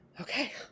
Okay